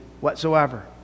whatsoever